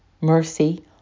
mercy